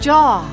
Jaw